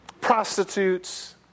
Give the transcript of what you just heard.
prostitutes